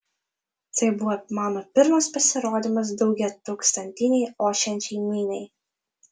tai buvo mano pirmas pasirodymas daugiatūkstantinei ošiančiai miniai